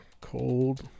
cold